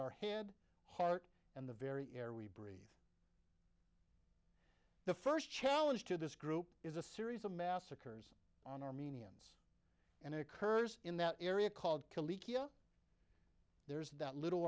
our head heart and the very air we breathe the first challenge to this group is a series of massacres on armenian and occurs in that area called there's that little